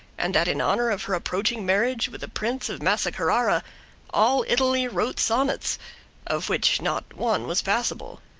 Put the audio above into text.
and that in honor of her approaching marriage with a prince of massa-carrara all italy wrote sonnets of which not one was passable.